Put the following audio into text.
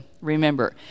remember